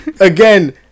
again